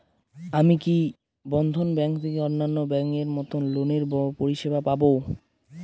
আমি কি বন্ধন ব্যাংক থেকে অন্যান্য ব্যাংক এর মতন লোনের পরিসেবা পাব?